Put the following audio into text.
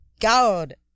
God